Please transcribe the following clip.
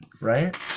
right